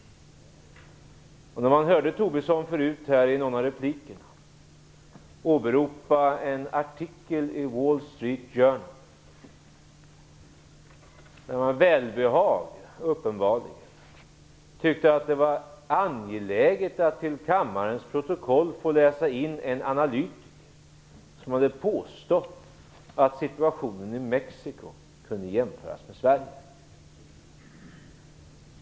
Jag hörde Tobisson i någon av replikerna tidigare åberopa en artikel i Wall Street Journal. Han läste, uppenbarligen med välbehag, in till kammarens protokoll att en analytiker hade påstått att situationen i Mexico kunde jämföras med Sveriges situation.